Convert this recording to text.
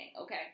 okay